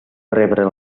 rebre